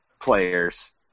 players